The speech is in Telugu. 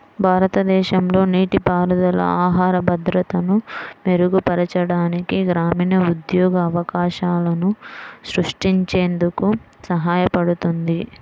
భారతదేశంలో నీటిపారుదల ఆహార భద్రతను మెరుగుపరచడానికి, గ్రామీణ ఉద్యోగ అవకాశాలను సృష్టించేందుకు సహాయపడుతుంది